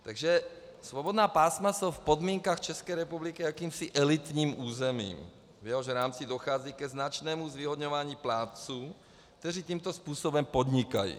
Takže svobodná pásma jsou v podmínkách České republiky jakýmsi elitním územím, v jehož rámci dochází ke značnému zvýhodňování plátců, kteří tímto způsobem podnikají.